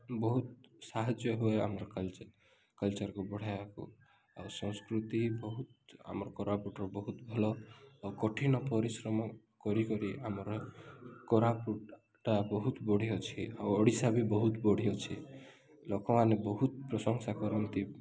ବହୁତ ସାହାଯ୍ୟ ହୁଏ ଆମର କଲ୍ଚର୍ କଲ୍ଚର୍କୁ ବଢ଼ାଇବାକୁ ଆଉ ସଂସ୍କୃତି ବହୁତ ଆମର କୋରାପୁଟର ବହୁତ ଭଲ ଆଉ କଠିନ ପରିଶ୍ରମ କରିିକରି ଆମର କୋରାପୁଟଟା ବହୁତ ବଢ଼ିଅଛି ଆଉ ଓଡ଼ିଶା ବି ବହୁତ ବଢ଼ିଅଛି ଲୋକମାନେ ବହୁତ ପ୍ରଶଂସା କରନ୍ତି